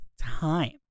time